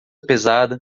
pesada